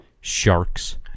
sharks